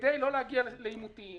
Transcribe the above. כדי לא להגיע לעימותים,